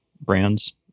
brands